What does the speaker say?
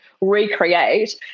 recreate